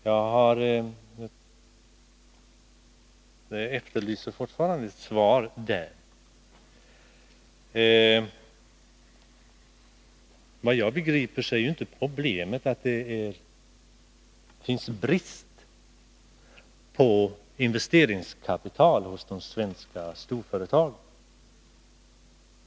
Jag efterlyser fortfarande ett svar på den frågan. Såvitt jag begriper är problemet inte att det är brist på investeringskapital hos de svenska storföretagen.